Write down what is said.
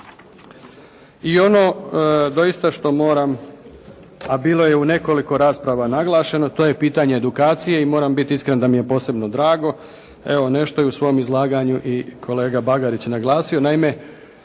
I ono doista što moram, a bilo je u nekoliko rasprava naglašeno, to je pitanje edukacije i moram biti iskren da mi je posebno drago. Evo nešto i u svom izlaganju i kolega Bagarić je naglasio.